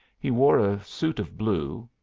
he wore a suit of blue,